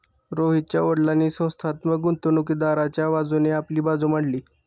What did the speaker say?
रोहितच्या वडीलांनी संस्थात्मक गुंतवणूकदाराच्या बाजूने आपली बाजू मांडली